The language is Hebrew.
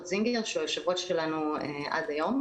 זינגר שהוא יושב-ראש שלנו עד היום.